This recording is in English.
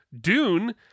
Dune